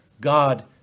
God